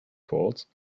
falls